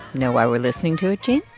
know why we're listening to it, gene?